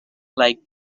like